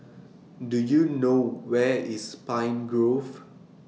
Do YOU know Where IS Pine Grove